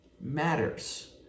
matters